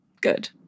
good